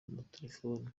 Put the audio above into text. amatelefoni